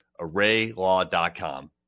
ArrayLaw.com